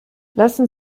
lassen